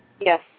Yes